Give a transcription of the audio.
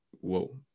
Whoa